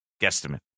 Guesstimate